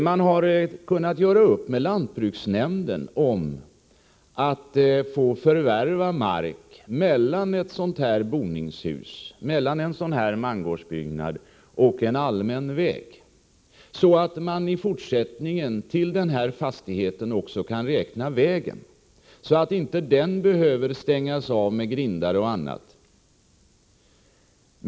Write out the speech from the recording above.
Man har kunnat göra upp med lantbruksnämnden om förvärv av mark som ligger mellan mangårdsbyggnaden och en allmän väg. I fortsättningen kan man då till fastigheten i fråga också räkna vägen. Därmed behöver denna inte stängas av med grindar eller på annat sätt.